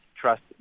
trust